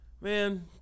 Man